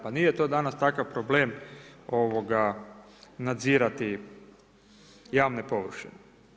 Pa nije to danas takav problem nadzirati javne površine.